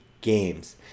games